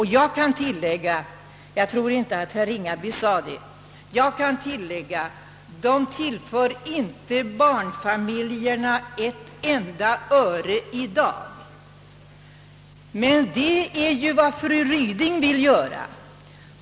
Herr Ringaby sade det inte, men jag kan tillägga att mittenpartierna inte tillför barnfamiljerna ett enda öre i dag, vilket däremot fru Ryding vill göra.